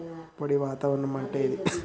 పొడి వాతావరణం అంటే ఏంది?